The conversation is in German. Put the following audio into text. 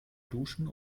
duschen